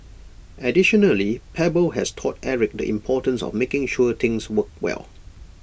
additionally Pebble has taught Eric the importance of making sure things worked well